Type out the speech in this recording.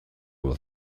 will